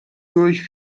durch